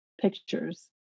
pictures